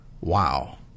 Wow